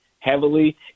Heavily